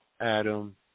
Adam